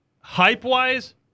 Hype-wise